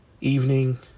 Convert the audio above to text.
evening